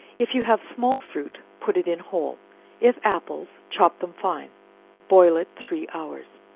if you have small fruit, put it in whole if apples, chop them fine boil it three hours.